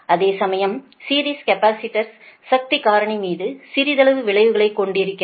அதேசமயம் series capacitors சக்தி காரணி மீது சிறிதளவு விளைவைக் கொண்டிருக்கிறது